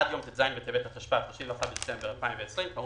עד יום ט"ז בטבת התשפ"א (31 בדצמבר 2020) כאמור